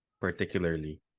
particularly